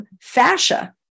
fascia